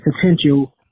potential